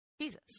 Jesus